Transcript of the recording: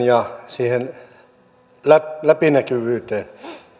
ja siihen läpinäkyvyyteen